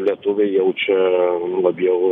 lietuviai jaučia nu labiau